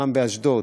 פעם באשדוד,